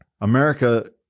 America